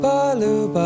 Baloo